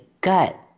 gut